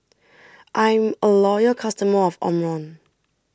I'm a loyal customer of Omron